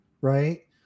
Right